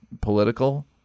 political